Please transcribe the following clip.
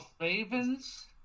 Ravens